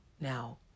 Now